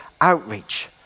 outreach